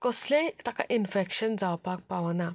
कसलेंय ताका इन्फेक्शन जावपाक पावना